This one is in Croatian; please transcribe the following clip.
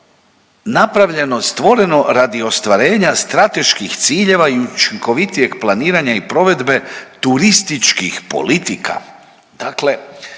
napravljeno, stvoreno radi ostvarenja strateških ciljeva i učinkovitijeg planiranja i provedbe turističkih politika.